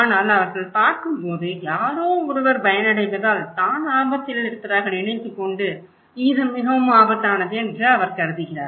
ஆனால் அவர்கள் பார்க்கும்போது யாரோ ஒருவர் பயனடைவதால் தான் ஆபத்தில் இருப்பதாக நினைத்துக்கொண்டு இது மிகவும் ஆபத்தானது என்று அவர் கருதுகிறார்